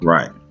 Right